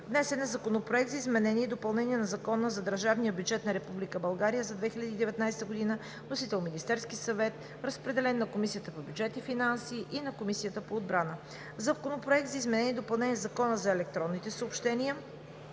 Законопроект за изменение и допълнение на Закона за държавния бюджет на Република България за 2019 г. Вносител е Министерският съвет. Разпределен е на Комисията по бюджет и финанси и на Комисията по отбрана. Законопроект за изменение и допълнение на Закона за електронните съобщения.